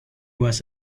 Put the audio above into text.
was